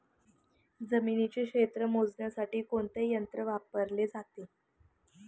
जमिनीचे क्षेत्र मोजण्यासाठी कोणते यंत्र वापरले जाते?